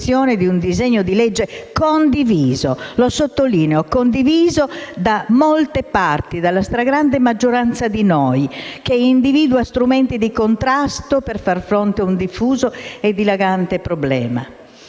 di un disegno di legge condiviso - lo sottolineo - da molte parti, dalla stragrande maggioranza di noi. Individua strumenti di contrasto per far fronte a un diffuso e dilagante problema.